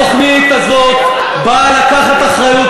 התוכנית הזאת באה לקחת אחריות.